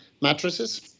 mattresses